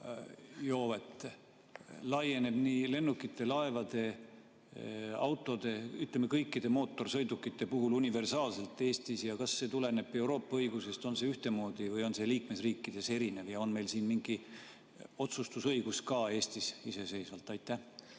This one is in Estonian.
joovet, laieneb nii lennukitele, laevadele, autodele, ütleme, kõikidele mootorsõidukitele universaalselt Eestis? Kas see tuleneb Euroopa õigusest, on see ühtemoodi, või on see liikmesriikides erinev ja on meil siin mingi otsustusõigus Eestis ka iseseisvalt? Aitäh!